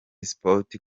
sports